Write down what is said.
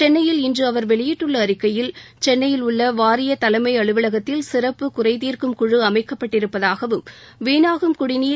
சென்னையில் இன்று அவர் வெளியிட்டுள்ள அறிக்கையில் சென்னையில் உள்ள வாரிய தலைமை அலுவலகத்தில் சிறப்பு குறை தீர்க்கும் குழு அமைக்கப்பட்டிருப்பதாகவும் வீணாகும் குடிநீர்